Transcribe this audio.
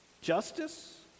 justice